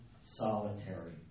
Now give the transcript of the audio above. solitary